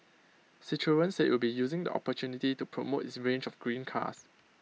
citroen said IT will be using the opportunity to promote its range of green cars